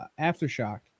Aftershock